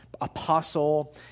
apostle